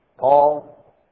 Paul